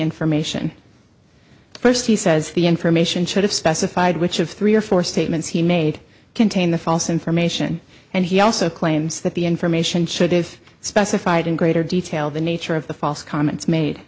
information first he says the information should have specified which of three or four statements he made contained the false information and he also claims that the information should have specified in greater detail the nature of the false comments made